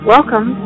Welcome